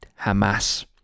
Hamas